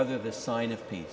other the sign of pea